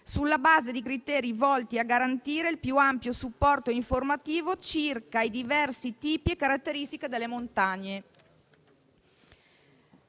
«sulla base di criteri volti a garantire il più ampio supporto informativo circa i diversi tipi e caratteristiche delle montagne,».